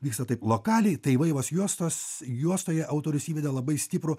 vyksta taip lokaliai tai vaivos juostos juostoje autorius įveda labai stiprų